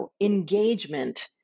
engagement